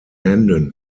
händen